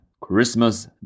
Christmas